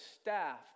staff